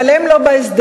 אבל הם לא בהסדר.